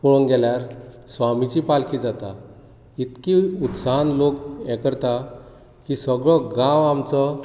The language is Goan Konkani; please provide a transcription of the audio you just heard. पळोंवक गेल्यार स्वामीची पालखी जाता इतली उत्साहान लोक हें करता की सगळो गांव आमचो